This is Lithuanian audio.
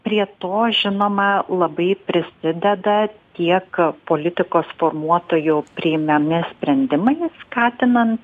prie to žinoma labai prisideda tiek politikos formuotojų priimami sprendimai skatinant